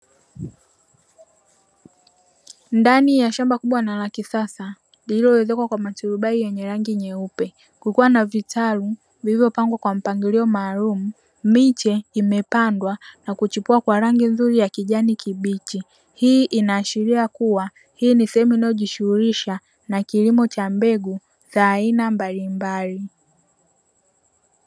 Ndani ya shamba kubwa na la kisasa lililoezekwa kwa maturubai yenye rangi nyeupe kukiwa na vitalu vilivyopangwa kwa mpangilio maalumu. Miche imepandwa na kuchipua kwa rangi nzuri ya kijani kibichi. Hii ina ashiria kuwa hii ni sehemu inayojishughulisha na kilimo cha mbegu za aina mbalimbali.